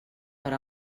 per